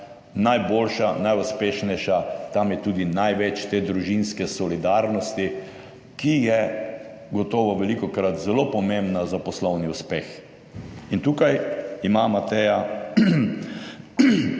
najboljša, najuspešnejša, tam je tudi največ te družinske solidarnosti, ki je gotovo velikokrat zelo pomembna za poslovni uspeh. In tukaj ima Mateja